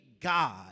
God